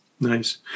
Nice